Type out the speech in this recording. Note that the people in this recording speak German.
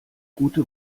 gute